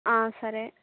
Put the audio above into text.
సరే